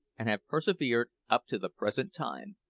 and have persevered up to the present time,